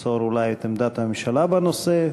ימסור אולי את עמדת הממשלה בנושא,